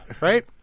Right